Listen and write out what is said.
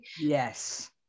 Yes